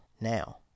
now